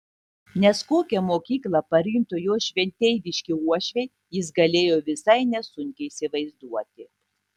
nes kokią mokyklą parinktų jo šventeiviški uošviai jis galėjo visai nesunkiai įsivaizduoti